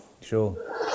Sure